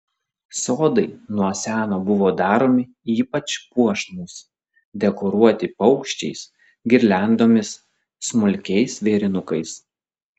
sodai nuo seno buvo daromi ypač puošnūs dekoruoti paukščiais girliandomis smulkiais vėrinukais